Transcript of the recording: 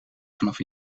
vanaf